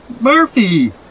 Murphy